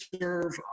serve